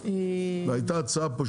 היתה הצעה,